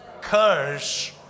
curse